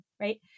right